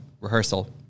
rehearsal